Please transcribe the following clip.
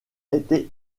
été